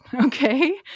Okay